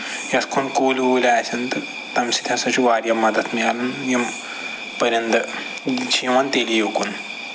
یَتھ کُن کُلۍ وُلۍ آسَن تہٕ تَمہِ سۭتۍ ہسا چھُ واریاہ مدتھ مِلان یِم پٔرِنٛدٕ یِم چھِ یِوان تیٚلی اُکُن